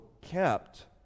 kept